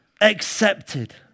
accepted